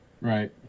right